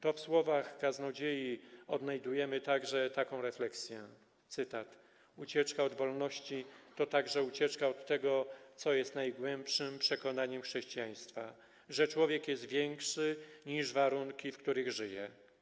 To w słowach kaznodziei odnajdujemy taką refleksję, cytat: Ucieczka od wolności to także ucieczka od tego, co jest najgłębszym przekonaniem chrześcijaństwa, że człowiek jest większy niż warunki, w których żyje.